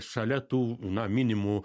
šalia tų na minimų